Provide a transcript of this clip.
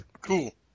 Cool